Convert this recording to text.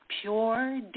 pure